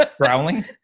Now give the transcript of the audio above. growling